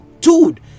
Dude